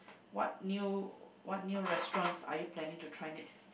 what new what new restaurants are you planning to try next